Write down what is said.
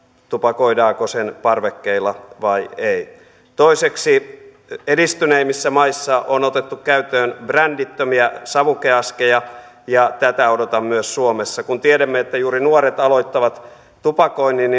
tupakoidaanko sen parvekkeilla vai ei ei toiseksi edistyneimmissä maissa on otettu käyttöön brändittömiä savukeaskeja ja tätä odotan myös suomessa kun tiedämme että juuri nuoret aloittavat tupakoinnin